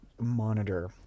monitor